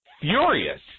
furious